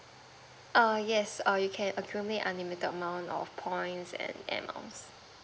err yes err you can accumulate unlimited amount of points and air miles